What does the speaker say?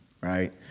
right